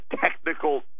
technical